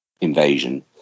Invasion